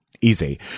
Easy